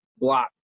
block